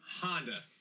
Honda